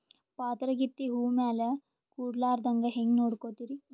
ಪಾತರಗಿತ್ತಿ ಹೂ ಮ್ಯಾಲ ಕೂಡಲಾರ್ದಂಗ ಹೇಂಗ ನೋಡಕೋತಿರಿ?